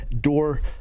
door